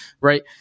right